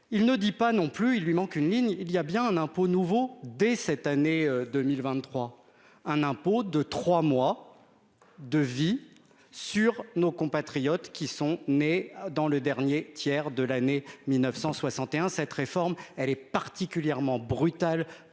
Il ne dit pas non plus. Il lui manque une ligne, il y a bien un impôt nouveau dès cette année 2023 un impôt de 3 mois. De vie sur nos compatriotes qui sont nés dans le dernier tiers de l'année 1961, cette réforme elle est particulièrement brutal